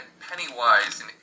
Pennywise